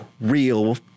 real